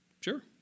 Sure